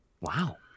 Wow